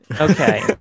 Okay